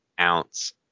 ounce